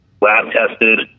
lab-tested